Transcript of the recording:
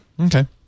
Okay